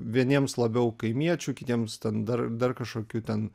vieniems labiau kaimiečių kitiems ten dar dar kažkokių ten